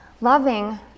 loving